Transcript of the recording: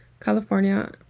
California